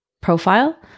profile